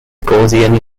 gaussian